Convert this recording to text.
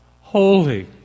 holy